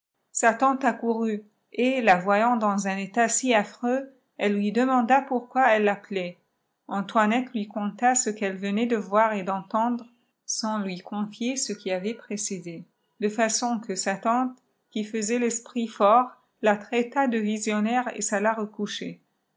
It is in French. seciôurssa tante accourut et la voyant dans iin état ai affreuï elle lui demanda pourquoi elle l'appelait antoinette lui cotita ce qtimle venait de voir et d'entendre sans lui confier ce qui avait précédé de façon que sa tante qui faisait fesprit fort la traita de visionnaire et s'alla recoucher